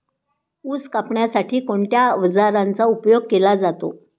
ऊस कापण्यासाठी कोणत्या अवजारांचा उपयोग केला जातो?